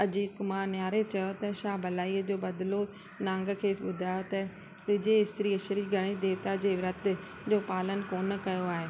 अजीत कुमार निहारे चयो त छा भलाईअ जो बदलो नांग खेसि ॿुधायो त तुहिंजी स्त्री श्री गणेश देवता जे विर्तु जो पालन कोन्ह कयो आहे